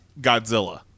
Godzilla